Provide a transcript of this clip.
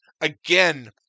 Again